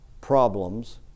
problems